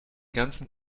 ganzen